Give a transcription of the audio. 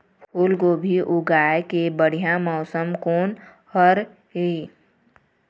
फूलगोभी उगाए के बढ़िया मौसम कोन हर ये?